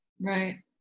Right